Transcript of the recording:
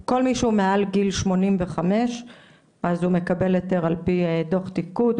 כל מי שהוא מעל גיל שמונים וחמש הוא מקבל היתר על פי דו"ח תפקוד,